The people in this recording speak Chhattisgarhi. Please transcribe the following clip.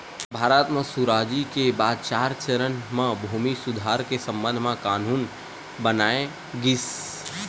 भारत म सुराजी के बाद चार चरन म भूमि सुधार के संबंध म कान्हून बनाए गिस